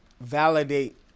validate